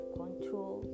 control